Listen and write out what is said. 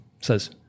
says